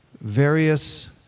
various